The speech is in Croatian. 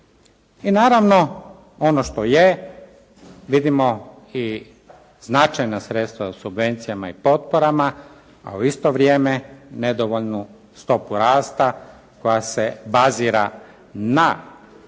I naravno, ono što je vidimo i značajna sredstva u subvencijama i potporama, a u isto vrijeme nedovoljnu stopu rasta koja se bazira na privatnim